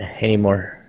anymore